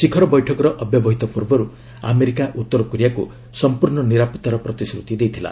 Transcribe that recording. ଶିଖର ବୈଠକର ଅବ୍ୟବହିତ ପୂର୍ବରୁ ଆମେରିକା ଉତ୍ତର କୋରିଆକୁ ସଂପୂର୍ଣ୍ଣ ନିରାପଭାର ପ୍ରତିଶ୍ରତି ଦେଇଥିଲା